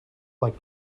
like